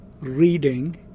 reading